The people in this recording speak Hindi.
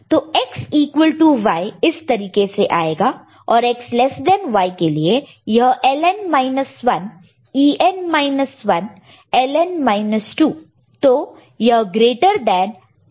तो X ईक्वल टू Y इस तरीके से आएगा और X लेस देन Y के लिए यह Ln minus 1 En minus 1 Ln minus 2 तो यह ग्रेटर देन केस जैसा है